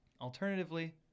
Alternatively